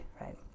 right